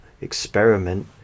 experiment